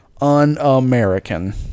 Un-American